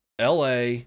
LA